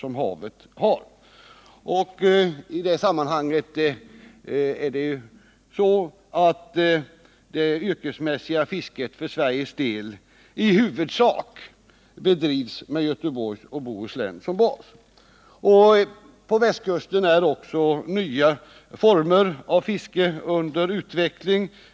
För Sveriges del bedrivs det yrkesmässiga fisket i huvudsak med Göteborgs och Bohus län som bas. På västkusten är också nya former av fiske under utveckling.